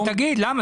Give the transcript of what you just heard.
לא, תגיד, למה?